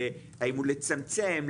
האם הוא לצמצם,